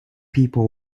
people